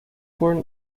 born